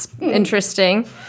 interesting